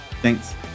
Thanks